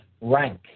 rank